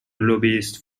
lobbyist